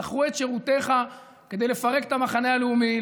שכרו את שירותיך כדי לפרק את המחנה הלאומי,